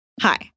Hi